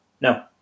No